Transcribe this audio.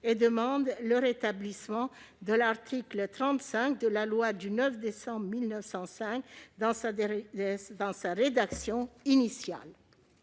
et demande le rétablissement de l'article 35 de la loi du 9 décembre 1905 dans sa rédaction initiale.